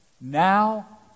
Now